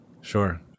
Sure